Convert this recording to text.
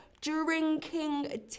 drinking